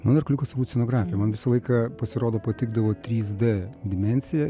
mano arkliukas turbūt scenografija man visą laiką pasirodo patikdavo trys d dimensija